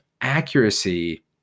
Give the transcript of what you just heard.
accuracy